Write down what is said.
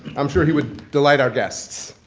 i'm sure he would delight our guests.